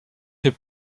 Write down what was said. fait